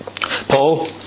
Paul